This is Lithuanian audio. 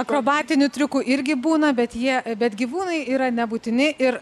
akrobatinių triukų irgi būna bet jie bet gyvūnai yra nebūtini ir